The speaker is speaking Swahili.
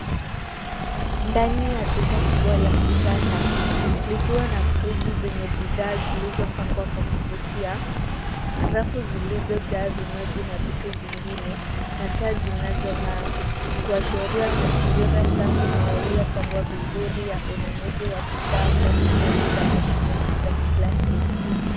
Ndani ya duka kubwa la kisasa, likiwa na friji zenye bidhaa zilizopangwa kwa kuvutia, rafu zilizojaa vinywaji na vitu vingine na taa zinazong'aa, kuashiria mazingira safi na yaliyopangwa vizuri ya ununuzi wa bidhaa mbalimbali za matumizi za kila siku.